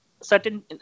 certain